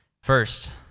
First